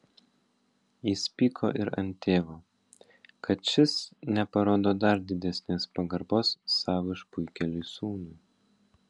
jis pyko ir ant tėvo kad šis neparodo dar didesnės pagarbos savo išpuikėliui sūnui